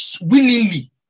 willingly